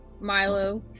Milo